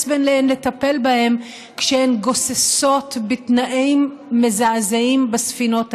ולטפל בהן כשהן גוססות בתנאים מזעזעים בספינות האלה.